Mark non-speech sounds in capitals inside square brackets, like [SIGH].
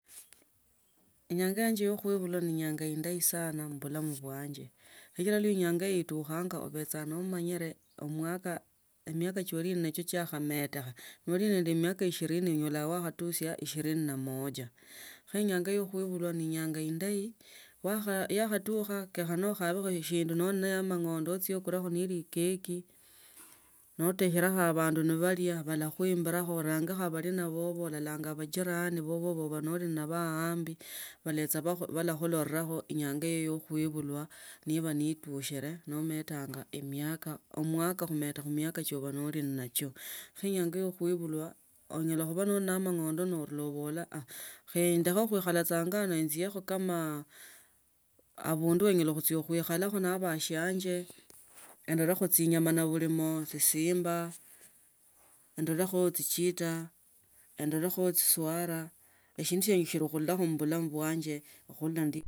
Inyanga yange ya khuibula ne enyanga endayi saba mubulamu bwanje sichila nenyanga ina itukhanga ubecha nomanyire omwaka emiaka choli nacho chikhametekha noli nende miaka ishirini enyola wakhatusia ishirini na moja khe inyanga ya khuibuliwa ne enyanga endayo yakha tukha kenyakhana ukhabekho shindu noli nende amang’ondo uchie ubukulekho neli ekeki notekhela abandu nebalia bala khuimbilakho unange ulie naba, urange batina baba urange majirani bono ulinaho aembi balecha balakhulorakho enyanga yoyo ya khubulwa niba netushile nometanga emiaka omwaka khumeta khu mwaka ko ulinacho khuinyanga yakhuibuliwa onyala khubaa alinende amang’ondo nabola [HESITATION] khe ndekha khuikhala saa ango ano enjiekho kama abundu onyala khuikhulakho abashiange ondelekha chinyama chisimba endelecho chichota endelekho chiswara eshindu shie esili khulolakho misibala mubulamu khuli ndi.